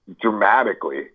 dramatically